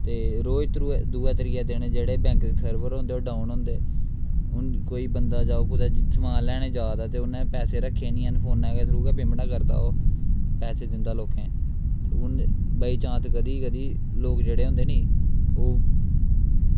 ते रोज दूऐ त्रियै दिन जेह्ड़े बैंक दे सर्वर ओह् डाऊन होंदे हून कोई बंदा जाओ कुदै कोई समान लैने गी जा'रदा ते उन्नै पैसे रक्खे दे निं हैन फोनै दे थ्रू गै पेमेंटां करदा ओह् पैसे दिंदा लोकें गी ते हून बाय चांस कदी कदी लोग जेह्ड़े होंदे नी ओह्